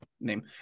name